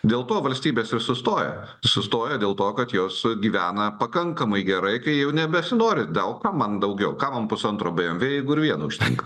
dėl to valstybės ir sustoja sustoja dėl to kad jos gyvena pakankamai gerai kai jau nebesinori daug ką man daugiau kam man pusantro bmv jeigu ir vieno užtenka